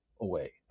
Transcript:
away